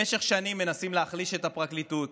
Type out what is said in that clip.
במשך שנים מנסים להחליש את הפרקליטות,